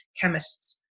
chemists